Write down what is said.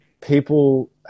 people